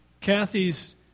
Kathy's